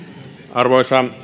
arvoisa